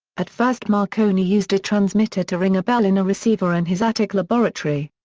at first marconi used a transmitter to ring a bell in a receiver in his attic laboratory.